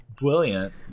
brilliant